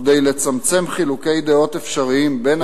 וכדי לצמצם חילוקי דעות אפשריים בין